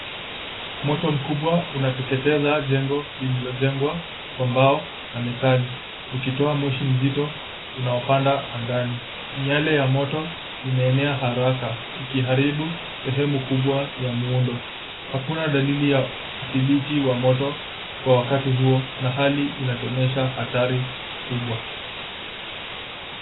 Moto mkubwa unateketeza jengo lililojengwa kwa mbao na metali, ukitoa moshi mzito unaopanda angani. Miale ya moto imeenea haraka, ikiharibu sehemu kubwa ya muundo. Hakuna dalili ya udhibiti wa moto kwa wakati huo, na hali inatuonyesha hatari kubwa.